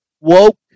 woke